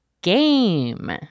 game